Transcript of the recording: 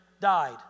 died